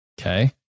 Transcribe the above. Okay